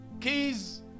keys